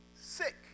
sick